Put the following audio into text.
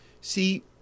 see